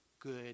good